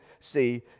see